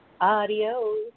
adios